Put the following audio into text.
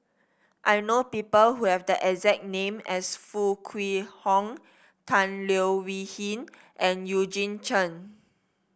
I know people who have the exact name as Foo Kwee Horng Tan Leo Wee Hin and Eugene Chen